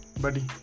buddy